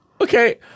Okay